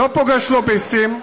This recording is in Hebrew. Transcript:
לא פוגש לוביסטים,